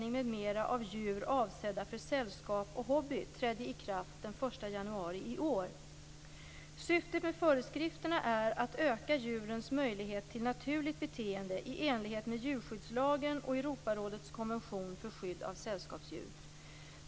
av djur avsedda för sällskap och hobby trädde i kraft den 1 januari i år. Syftet med föreskrifterna är att öka djurens möjlighet till naturligt beteende i enlighet med djurskyddslagen och Europarådets konvention för skydd av sällskapsdjur.